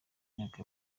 myaka